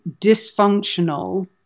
dysfunctional